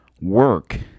work